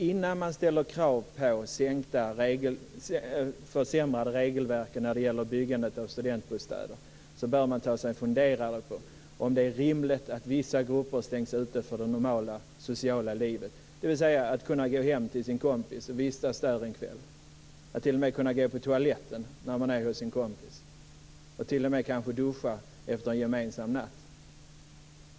Innan man ställer krav på försämrade regelverk när det gäller byggandet av studentbostäder bör man ta sig en funderare på om det är rimligt att vissa grupper stängs ute från det normala, sociala livet, dvs. att kunna besöka en kompis och vistas där en kväll, att kunna gå på toaletten när man är hos en kompis, att t.o.m. kanske duscha efter en gemensam natt.